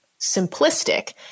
simplistic